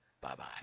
Bye-bye